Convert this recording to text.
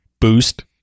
Boost